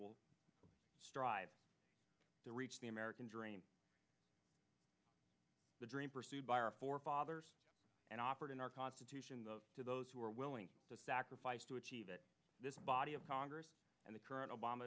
will strive to reach the american dream the dream pursued by our forefathers and operate in our constitution the to those who are willing to sacrifice to achieve it this body of congress and the c